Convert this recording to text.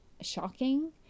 shocking